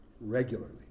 regularly